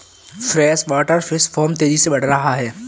freshwater fish farm तेजी से बढ़ रहा है